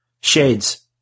Shades